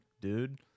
dude